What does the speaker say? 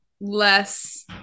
less